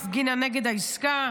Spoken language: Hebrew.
הפגינה נגד העסקה.